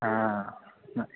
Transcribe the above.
ആ